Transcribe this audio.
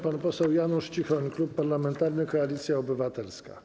Pan poseł Janusz Cichoń, Klub Parlamentarny Koalicja Obywatelska.